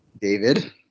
David